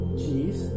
cheese